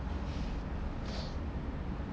because after last week I don't know gonna be stuck here